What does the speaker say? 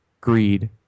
greed